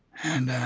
and